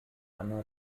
anna